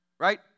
right